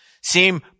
seem